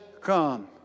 come